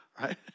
right